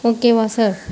ஓகேவா சார்